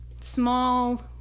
small